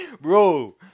bro